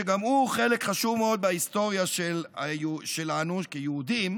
שגם הוא חלק חשוב מאוד בהיסטוריה שלנו כיהודים,